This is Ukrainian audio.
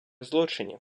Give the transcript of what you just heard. злочинів